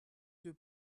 deux